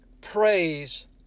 Praise